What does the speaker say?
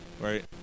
right